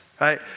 right